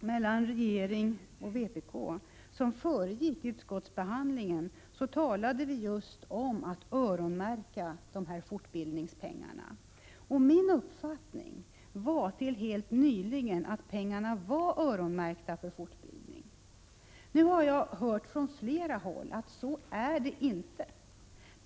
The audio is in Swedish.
mellan regeringen och vpk som föregick utskottsbehandlingen talade vi också om att just öronmärka dessa fortbildningspengar. Och min uppfattning var till helt nyligen att pengarna var öronmärkta för fortbildning. Nu har jag hört från flera håll att det inte är så.